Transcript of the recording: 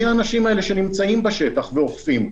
מי האנשים האלה שנמצאים בשטח ואוכפים.